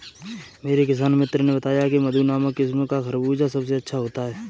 मेरे किसान मित्र ने बताया की मधु नामक किस्म का खरबूजा सबसे अच्छा होता है